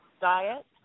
diet